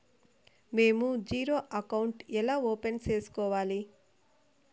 మేము zero account ఎలా open సేసుకోవాలి